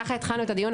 וככה התחלנו את הדיון,